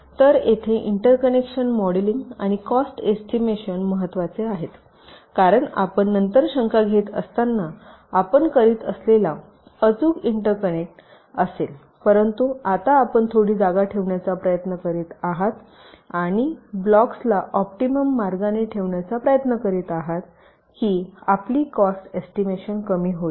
तर येथे interconnection modelling आणि कॉस्ट एस्टिमेशन महत्वाचे आहेत कारण आपण नंतर शंका घेत असताना आपण करीत असलेला अचूक इंटरकनेक्सेट असेल परंतु आता आपण थोडी जागा ठेवण्याचा प्रयत्न करीत आहात आणि ब्लॉक्सला ओप्टिमम मार्गाने ठेवण्याचा प्रयत्न करीत आहात की आपली कॉस्ट एस्टिमेशन कमी होईल